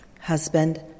Husband